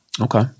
okay